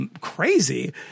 crazy